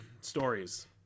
stories